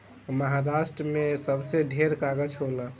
महारास्ट्र मे सबसे ढेर कागज़ होला